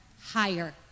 higher